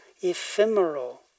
ephemeral